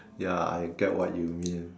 ya I get what you mean